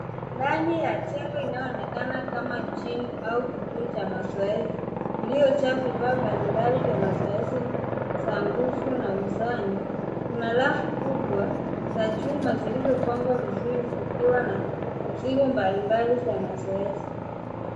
Ndani ya jengo inayoonekana kama gym au kituo cha mazoezi iliyojaa vifaa mbalimbali ya mazoezi za nguvu na uzani. Kuna rafu kubwa za chuma zilizopangwa vizuri zikiwa na mzigo mbalimbali za mazoezi.